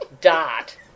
dot